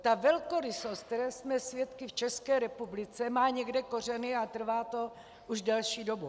Ta velkorysost, které jsme svědky v České republice, má někde kořeny a trvá to už delší dobu.